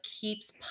keeps